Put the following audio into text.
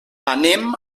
anem